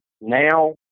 now